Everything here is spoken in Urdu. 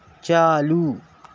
چالو